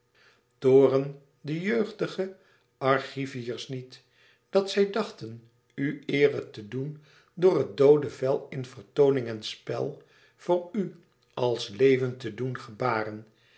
toorn de jeugdige argiviërs niet dat zij dachten u eere te doen door het doode vel in vertooning en spel voor u als levend te doen gebaren